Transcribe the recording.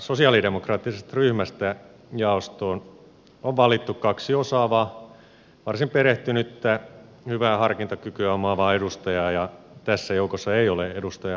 sosialidemokraattisesta ryhmästä jaostoon on valittu kaksi osaavaa varsin perehtynyttä hyvää harkintakykyä omaavaa edustajaa ja tässä joukossa ei ole edustaja rajamäki